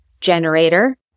generator